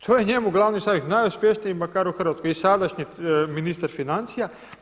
To je njemu glavni savjetnik, najuspješniji bankar u Hrvatskoj i sadašnji ministar financija.